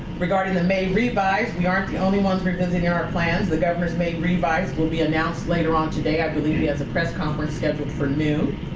regarding the may revise, we aren't the only ones revisiting our plans. the governor's may revise will be announced later on today. i believe he has a press conference scheduled for noon.